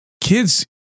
Kids